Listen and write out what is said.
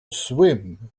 swim